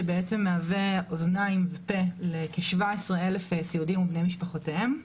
שבעצם מהווה אוזניים ופה לכ-17,000 סיעודיים ובני משפחותיהם.